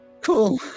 Cool